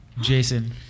Jason